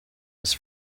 his